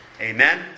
Amen